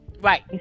Right